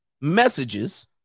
messages